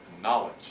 knowledge